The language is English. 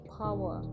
power